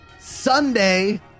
Sunday